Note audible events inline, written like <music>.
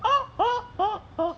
<laughs>